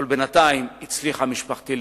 אבל בינתיים הצליחה משפחתי להינצל.